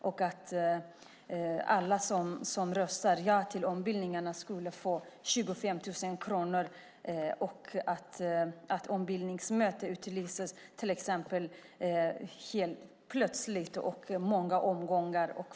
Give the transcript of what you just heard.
Detsamma gäller att alla som röstar ja till ombildning ska få 25 000 kronor eller att ombildningsmöte utlyses helt plötsligt och i många omgångar.